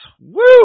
woo